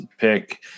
pick